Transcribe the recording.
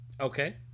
okay